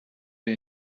der